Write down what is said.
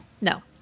No